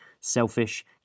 Selfish